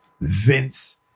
Vince